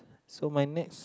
so my next